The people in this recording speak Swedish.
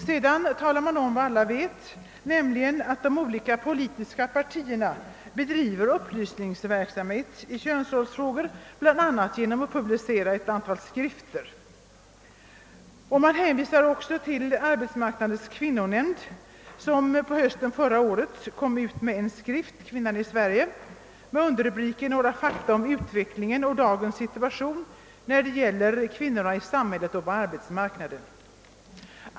Sedan talade man om vad alla vet, nämligen att de olika politiska partierna bedriver upplysningsverksamhet i könsrollsfrågor, bl.a. genom publicering av ett antal skrifter. Man hänvisar också till Arbetsmarknadens kvinnonämnd, som förra hösten gav ut skriften »Kvinnan i Sverige» med underrubriken: Några fakta om utvecklingen och dagens situation när det gäller kvinnorna i samhället och på arbetsmarknaden.